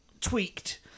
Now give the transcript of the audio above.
tweaked